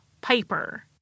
Piper